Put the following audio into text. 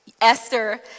Esther